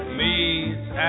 meets